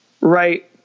right